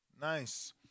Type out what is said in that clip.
Nice